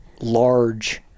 large